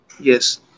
Yes